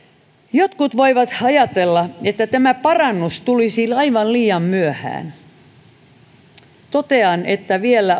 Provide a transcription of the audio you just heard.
jotkut voivat ajatella että tämä parannus tulisi aivan liian myöhään totean että vielä